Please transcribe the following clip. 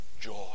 joy